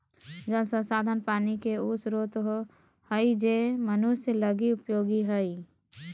जल संसाधन पानी के उ स्रोत हइ जे मनुष्य लगी उपयोगी हइ